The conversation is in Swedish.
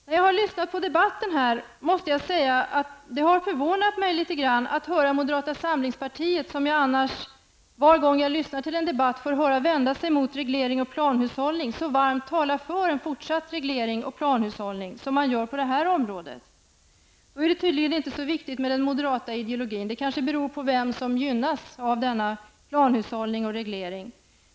Det har i denna debatt förvånat mig att höra moderata samlingspartiets representant så varmt tala för en fortsatt reglering och planhushållning på detta område. Annars brukar ju alltid moderata samlingspartiet vända sig mot regleringar och planhushållning. Då är det tydligen inte så viktigt med den moderata ideologin. Måhända beror det på vem som gynnas av denna reglering och planhushållning.